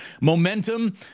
Momentum